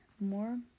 More